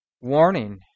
warning